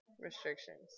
restrictions